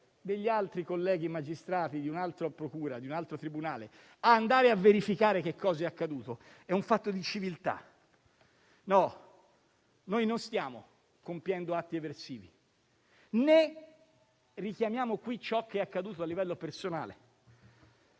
degli altri colleghi magistrati di un'altra procura o un altro tribunale e verificare cosa è accaduto è un fatto di civiltà. No, noi non stiamo compiendo atti eversivi, né richiamiamo qui ciò che è accaduto a livello personale.